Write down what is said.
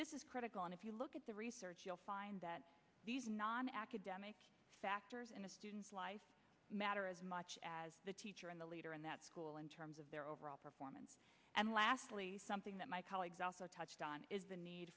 is critical and if you look at the research you'll find that these non academic factors in a student's life matter as much as the teacher in the leader in that school in terms of their overall performance and lastly something that my colleagues also touched on is the need